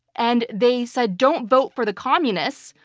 and they said, don't vote for the communists,